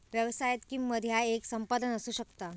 व्यवसायात, किंमत ह्या येक संपादन असू शकता